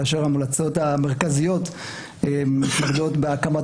כאשר ההמלצות המרכזיות מתמקדות בהקמת